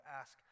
ask